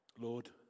Lord